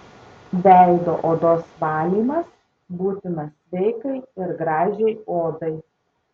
veido odos valymas būtinas sveikai ir gražiai odai